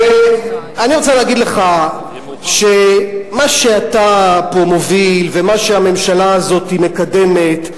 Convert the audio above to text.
אני רוצה להגיד לך שמה שאתה פה מוביל ומה שהממשלה הזו מקדמת,